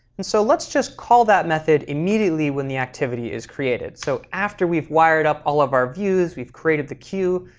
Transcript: and so let's just call that method immediately when the activity is created. so after we've wired up all of our views, we've created the queue,